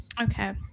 okay